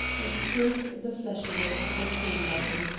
and pierced the fleshiness of the sword-arm.